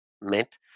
meant